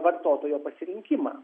vartotojo pasirinkimą